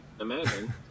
imagine